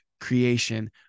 creation